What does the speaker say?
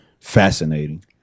Fascinating